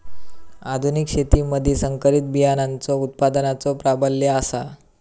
आधुनिक शेतीमधि संकरित बियाणांचो उत्पादनाचो प्राबल्य आसा